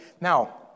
Now